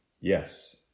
Yes